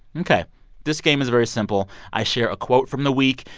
ok. this game is very simple. i share a quote from the week.